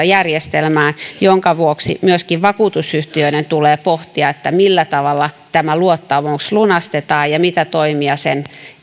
järjestelmää kohtaan minkä vuoksi myöskin vakuutusyhtiöiden tulee pohtia millä tavalla tämä luottamus lunastetaan ja mitä toimia sen